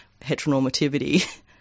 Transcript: heteronormativity